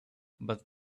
but